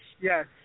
Yes